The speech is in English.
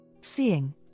Seeing